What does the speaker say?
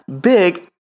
big